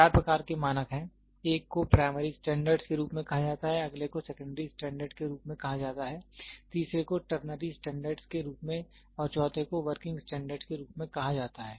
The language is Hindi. चार प्रकार के मानक हैं एक को प्राइमरी स्टैंडर्ड के रूप में कहा जाता है अगले को सेकेंडरी स्टैंडर्ड के रूप में कहा जाता है तीसरे को टरनरी स्टैंडर्ड के रूप में और चौथे को वर्किंग स्टैंडर्ड के रूप में कहा जाता है